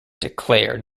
declared